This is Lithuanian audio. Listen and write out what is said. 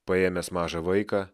paėmęs mažą vaiką